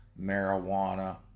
marijuana